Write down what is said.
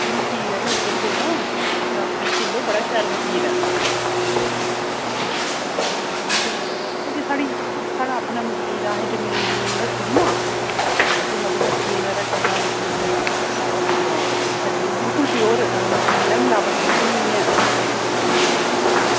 मखीर ऐ मेरे कोल पेदा दस्स बीह् किलो बड़ा शैल मखीर ऐ ते पता केह् साढ़ी साढ़ा अपना मखीर ऐ असें ज़मीन रक्खी दी ना ते उत्थें मधुमक्खियें दा रक्खे दा निक्के निक्के ओह् करनी बिल्कुल प्योर मखीर ऐ मिलावट बिल्कुल निं ऐ